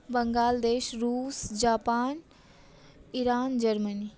Bangladesh Russia Japan Iran Germany